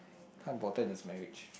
how important is marriage